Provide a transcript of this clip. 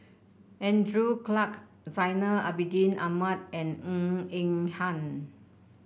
Andrew Clarke Zainal Abidin Ahmad and Ng Eng Hen